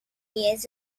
years